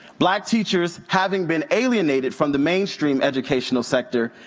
black teachers having been alienated from the mainstream educational sector,